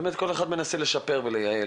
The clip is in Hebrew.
באמת כל אחד מנסה לשפר ולייעל